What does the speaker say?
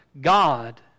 God